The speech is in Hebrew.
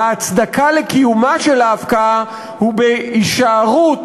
וההצדקה לקיומה של ההפקעה היא בהישארות